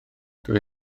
dwi